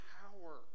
power